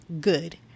good